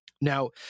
Now